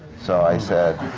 so i said,